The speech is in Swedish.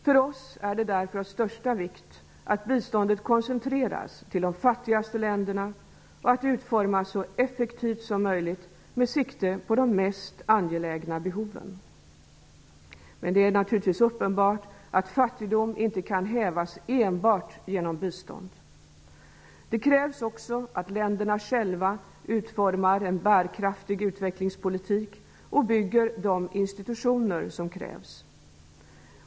För oss är det av största vikt att biståndet koncentreras till de fattigaste länderna och att det utformas så effektivt som möjligt med sikte på de mest angelägna behoven. Det är dock uppenbart att fattigdom inte kan hävas enbart genom bistånd. Det krävs också att länderna själva utformar en bärkraftig utvecklingspolitik och bygger de institutioner som krävs.